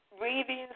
Reading